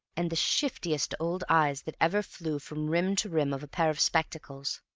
and the shiftiest old eyes that ever flew from rim to rim of a pair of spectacles.